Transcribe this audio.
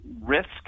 risk